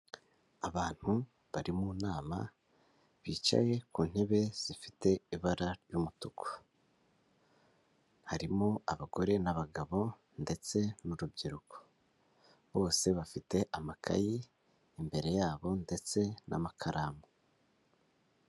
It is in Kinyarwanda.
Abantu bari mu nama bicaye ku ntebe zifite ibara ry'umutuku, harimo abagore n'abagabo ndetse n'urubyiruko, bose bafite amakayi imbere yabo ndetse n'amakaramu.